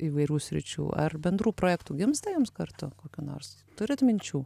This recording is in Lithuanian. įvairių sričių ar bendrų projektų gimsta jums kartu kokių nors turit minčių